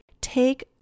take